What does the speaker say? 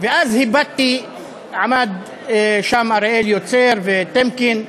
אז עמדו שם אריאל יוצר וטמקין.